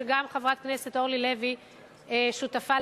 שגם חברת הכנסת אורלי לוי שותפה לה,